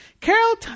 Carol